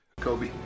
Kobe